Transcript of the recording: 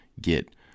get